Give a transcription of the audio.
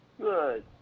Good